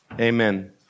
Amen